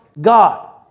God